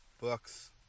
books